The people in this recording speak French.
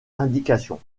indication